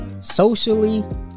Socially